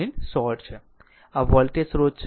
RThevenin short છે આ voltage સ્રોત છે